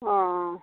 অ